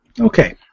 Okay